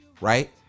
right